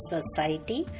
Society